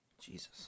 Jesus